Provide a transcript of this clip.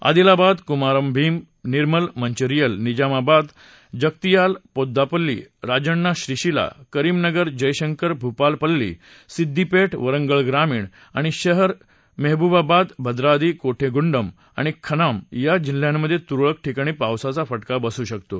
आदिलाबाद कुमारम भीम निर्मल मंचेरियल निजामाबाद जगतियाल पेद्दापल्ली राजण्णा श्रीशिला करीमनगर जयशंकर भूपालपल्ली सिद्दीपेठ वरंगळ ग्रामीण आणि शहर मेहबूबाबाद भद्राद्री कोठेगुंडम आणि खमाम या जिल्ह्यांमधे तुरळक ठिकाणी पावसाचा फटका बसू शकतो